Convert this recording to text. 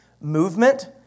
movement